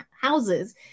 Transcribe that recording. houses